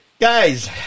guys